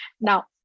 Now